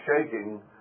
shaking